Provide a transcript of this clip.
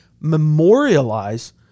memorialize